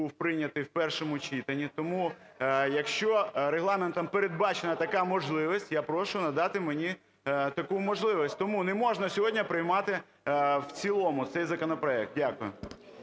прийнятий в першому читанні. Тому, якщо регламентом передбачена така можливість, я прошу надати мені таку можливість. Тому не можна сьогодні приймати в цілому цей законопроект. Дякую.